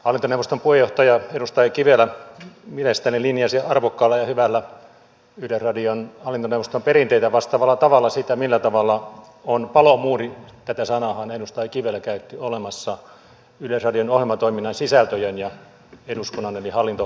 hallintoneuvoston puheenjohtaja edustaja kivelä mielestäni linjasi arvokkaalla ja hyvällä yleisradion hallintoneuvoston perinteitä vastaavalla tavalla sitä millä tavalla on palomuuri tätä sanaahan edustaja kivelä käytti olemassa yleisradion ohjelmatoiminnan sisältöjen ja eduskunnan eli hallintoneuvoston välillä